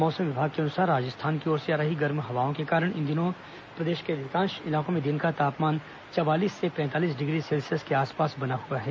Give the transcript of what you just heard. मौसम विभाग के अनुसार राजस्थान की ओर से आ रही गर्म हवाओं के कारण इन दिनों प्रदेश के अधिकांश इलाकों में दिन का तापमान चवालीस से पैंतालीस डिग्री सेल्सियस के आसपास बना हुआ है